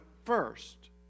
First